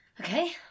Okay